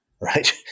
right